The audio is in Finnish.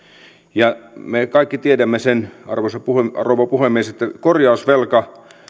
ja me kaikki tiedämme sen arvoisa rouva puhemies että korjausvelka